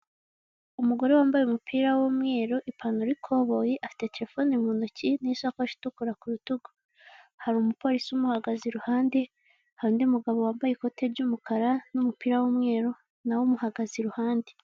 Umugore wambaye umupira w'umweru ipantalo y'ikoboyi afite terefone mu ntoki n'isakoshi itukura rutugu. Hari umupolisi umuhagaze iruhande, hari undi mugabo wambaye ikoti ry'umukara n'umupira w'umweri na we umuhagaze iruhande.